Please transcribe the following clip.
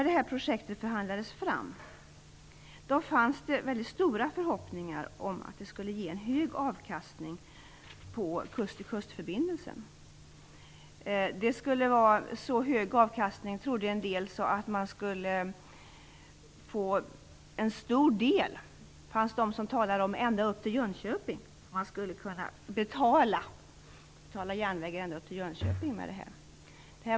När det här projektet förhandlades fram fanns det väldigt stora förhoppningar om att det skulle ge en hög avkastning på kust-till-kustförbindelsen. Det skulle vara så hög avkastning trodde en del att man skulle kunna betala järnväg ända upp till Jönköping.